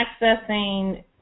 accessing